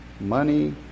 money